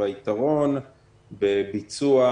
והיתרון בביצוע